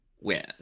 win